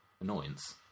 annoyance